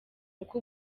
uko